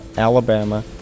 Alabama